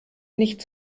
nicht